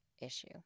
issue